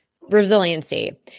resiliency